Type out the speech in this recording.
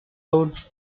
out